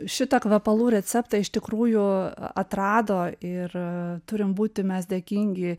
šitą kvepalų receptą iš tikrųjų atrado ir turim būti mes dėkingi